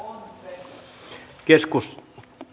arvoisa puhemies